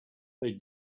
they